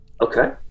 okay